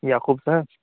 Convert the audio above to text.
یعقوب صاحب